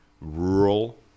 rural